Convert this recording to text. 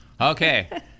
Okay